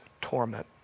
torment